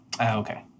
okay